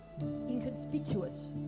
inconspicuous